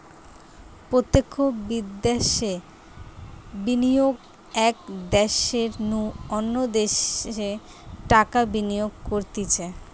প্রত্যক্ষ বিদ্যাশে বিনিয়োগ এক দ্যাশের নু অন্য দ্যাশে টাকা বিনিয়োগ করতিছে